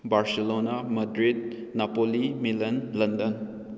Barcelona Madrid Napoli Milan London